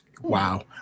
Wow